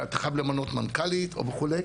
אתה חייב למנות מנכ"לית וכו',